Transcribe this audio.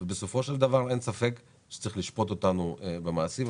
אין ספק שבסופו של דבר צריך לשפוט אותנו על המעשים.